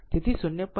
તેથી 0